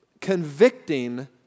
convicting